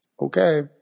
okay